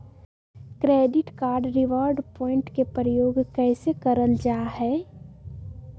Credit card reward point के प्रयोग कैसे करल जा है?